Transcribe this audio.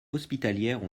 hospitalières